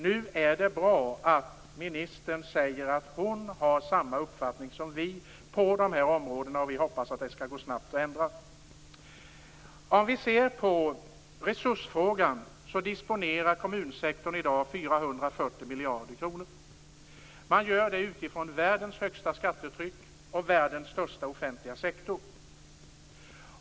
Det är nu bra att ministern säger att hon har samma uppfattning som vi på dessa områden. Vi hoppas att det skall gå snabbt att ändra. Om vi ser på resursfrågan disponerar kommunsektorn i dag 440 miljarder kronor. Den gör det utifrån världens högsta skattetryck och världens största offentliga sektor.